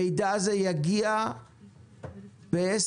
המידע הזה יגיע בסמ"ס,